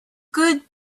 good